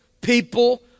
people